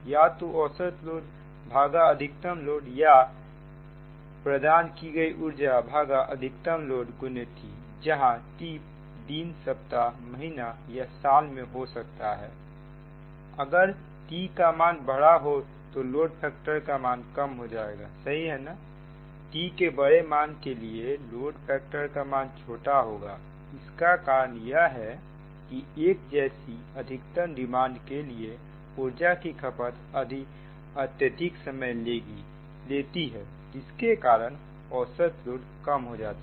या तो औसत लोड भागा अधिकतम लोड या LF प्रदान की गई ऊर्जा अधिकतम लोड X Tजहां T दीन सप्ताह महीना या साल मैं हो सकता है अगर T का मान बढ़ा हो तो लोड फैक्टर का मान कम होगा सही है नाT के बड़े मान के लिए लोड फैक्टर का मान छोटा होगा इसका कारण यह है कि एक जैसी अधिकतम डिमांड के लिए ऊर्जा की खपत अत्यधिक समय लेती है जिसके कारण औसत लोड कम हो जाता है